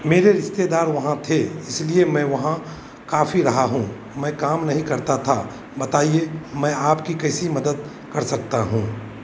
मेरे रिश्तेदार वहाँ थे इसलिए मैं वहाँ काफ़ी रहा हूँ मैं काम नहीं करता था बताइए मैं आपकी कैसी मदद कर सकता हूँ